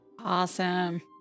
awesome